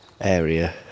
area